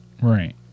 Right